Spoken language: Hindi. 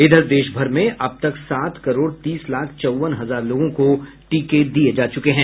इधर देश भर में अब तक सात करोड़ तीस लाख चौवन हजार लोगों को टीके दिए जा चुके हैं